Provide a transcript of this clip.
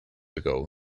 ago